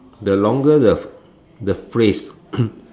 the longer the the phrase